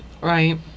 Right